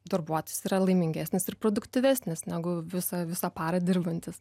darbuotojas yra laimingesnis ir produktyvesnis negu visą visą parą dirbantis